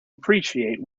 appreciate